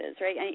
right